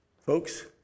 Folks